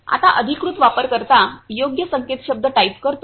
आता अधिकृत वापरकर्ता योग्य संकेतशब्द टाइप करतो